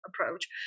approach